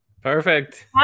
perfect